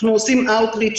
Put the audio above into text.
אנחנו עושים אאוט-ריץ',